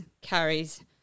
carries